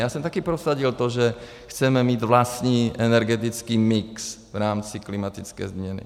Já jsem taky prosadil to, že chceme mít vlastní energetický mix v rámci klimatické změny.